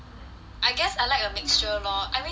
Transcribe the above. I guess I like a mixture lor I mean too